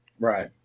Right